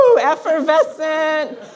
effervescent